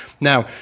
Now